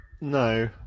No